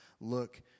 look